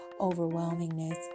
overwhelmingness